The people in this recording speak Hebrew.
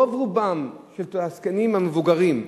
רוב רובם של הזקנים המבוגרים,